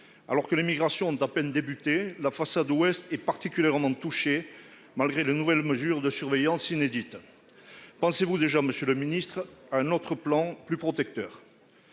Alors que les migrations ont à peine débuté la façade ouest et particulièrement touchées, malgré le nouvelles mesures de surveillance inédite. Pensez-vous déjà Monsieur le Ministre, un autre plan, plus protecteur.